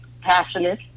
passionate